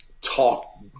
talk